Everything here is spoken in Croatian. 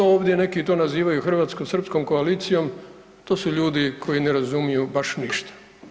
To što ovdje neki to nazivaju hrvatsko-srpskom koalicijom to su ljudi koji ne razumiju baš ništa.